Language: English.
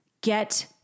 get